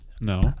No